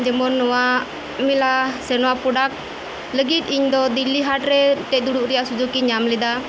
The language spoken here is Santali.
ᱡᱮᱢᱚᱱ ᱱᱚᱣᱟ ᱢᱮᱞᱟ ᱥᱮ ᱱᱚᱣᱟ ᱯᱨᱚᱰᱟᱠᱴ ᱞᱟᱹᱜᱤᱫ ᱤᱧᱫᱚ ᱫᱤᱞᱞᱤ ᱦᱟᱴᱨᱮ ᱢᱤᱫᱴᱮᱡ ᱫᱩᱲᱩᱵ ᱨᱮᱭᱟᱜ ᱥᱩᱡᱚᱜ ᱤᱧ ᱧᱟᱢᱞᱮᱫᱟ